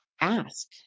ask